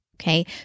okay